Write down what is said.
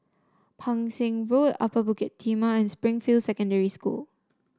Pang Seng Road Upper Bukit Timah and Springfield Secondary School